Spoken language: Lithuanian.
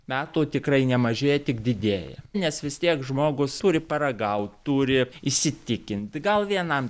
metų tikrai nemažėja tik didėja nes vis tiek žmogus turi paragaut turi įsitikint gal vienam